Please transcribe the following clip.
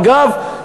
אגב,